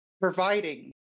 providing